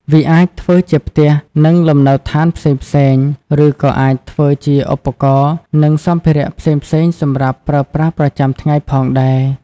វាអាចធ្វើជាផ្ទះ និងលំនៅឋានផ្សេងៗឬក៏អាចធ្វើជាឧបករណ៍និងសម្ភារៈផ្សេងៗសម្រាប់ប្រើប្រាស់ប្រចំាថ្ងៃផងដែរ។